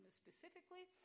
specifically